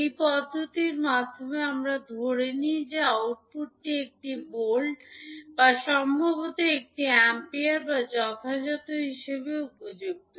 এই পদ্ধতির মধ্যে আমরা ধরে নিই যে আউটপুটটি একটি ভোল্ট বা সম্ভবত একটি এমপিয়ার বা যথাযথ হিসাবে উপযুক্ত